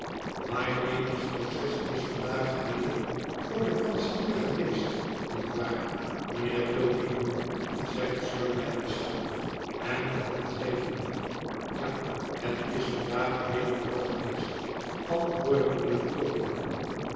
mylady's proces is vandaag weder voor den kanselier geweest niet waar mijnheer tulkinghorn zegt sir leicester hem de hand gevende ja het is vandaag weder voor geweest antwoordt mijnheer tulkinghorn